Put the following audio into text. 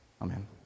Amen